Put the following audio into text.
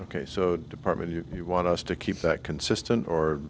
ok so department if you want us to keep that consistent or